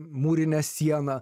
mūrinę sieną